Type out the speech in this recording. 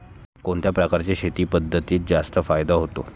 कोणत्या प्रकारच्या शेती पद्धतीत जास्त फायदा होतो?